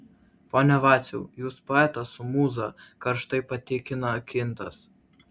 pone vaciau jūs poetas su mūza karštai patikina kintas